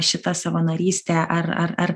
šita savanorystę ar ar ar